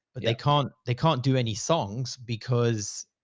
but they can't, they can't do any songs because.